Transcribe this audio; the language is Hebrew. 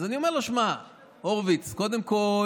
אז אני אומר לו: שמע, הורוביץ, קודם כול,